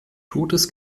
totes